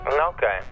Okay